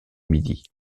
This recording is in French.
midi